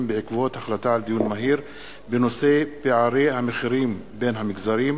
בעקבות דיון מהיר בנושא: פערי המחירים בין המגזרים,